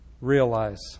realize